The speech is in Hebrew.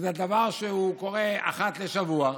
וזה דבר שקורה אחת לשבוע,